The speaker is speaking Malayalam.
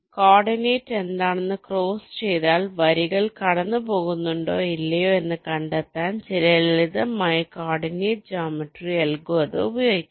കോർഡിനേറ്റ് എന്താണെന്ന് ക്രോസ് ചെയ്താൽ വരികൾ കടന്നുപോകുന്നുണ്ടോ ഇല്ലയോ എന്ന് കണ്ടെത്താൻ ചില ലളിതമായ കോർഡിനേറ്റ് ജോമേറ്ററി അൽഗോരിതം ഉപയോഗിക്കാം